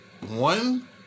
one